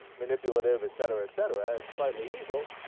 manipulative et cetera et cetera had slightly evil